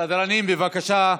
סדרנים, בבקשה,